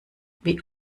wie